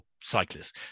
cyclists